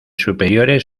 superiores